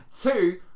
Two